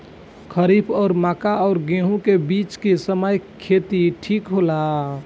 खरीफ और मक्का और गेंहू के बीच के समय खेती ठीक होला?